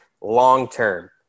long-term